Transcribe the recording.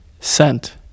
Scent